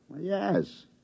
Yes